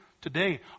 today